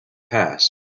past